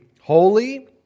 holy